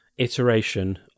Iteration